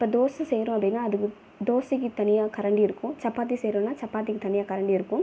இப்போ தோசை செய்கிறோம் அப்படின்னால் அதுக்குத் தோசைக்குத் தனியாகக் கரண்டி இருக்கும் சப்பாத்தி செய்கிறோம்னா சப்பாத்திக்குத் தனியாகக் கரண்டி இருக்கும்